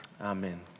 amen